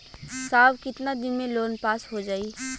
साहब कितना दिन में लोन पास हो जाई?